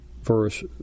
verse